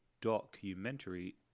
documentary